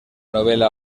novela